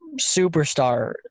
superstar